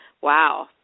Wow